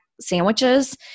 sandwiches